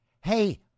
Hey